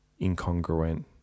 incongruent